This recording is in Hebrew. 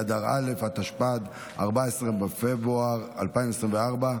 12 בעד, אין מתנגדים.